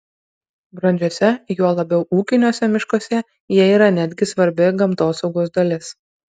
brandžiuose juo labiau ūkiniuose miškuose jie yra netgi svarbi gamtosaugos dalis